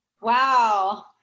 Wow